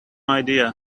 idea